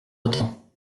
autant